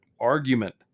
argument